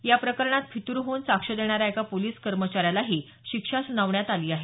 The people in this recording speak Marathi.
या प्रकरणात फितूर होऊन साक्ष देणाऱ्या एका पोलीस कर्मचाऱ्यालाही शिक्षा सुनावण्यात आली आहे